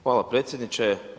Hvala predsjedniče.